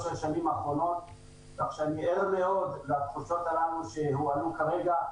השנים האחרונות כך שאני ער מאוד לתחושות הללו שהועלו כרגע.